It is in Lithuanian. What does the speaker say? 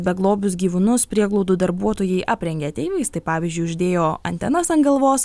beglobius gyvūnus prieglaudų darbuotojai aprengė ateiviais tai pavyzdžiui uždėjo antenas ant galvos